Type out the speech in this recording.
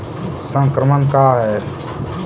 संक्रमण का है?